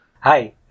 Hi